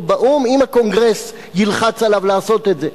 באו"ם אם הקונגרס ילחץ עליו לעשות את זה.